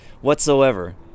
whatsoever